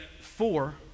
four